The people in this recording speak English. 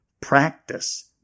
practice